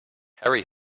harry